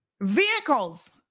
vehicles